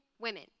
women